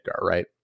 right